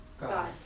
God